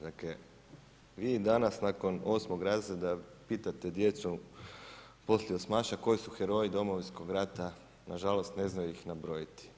Dakle, vi danas nakon 8. razreda pitate djecu poslije osmaša, koji su heroji Domovinskog rata, na žalost ne znaju ih nabrojiti.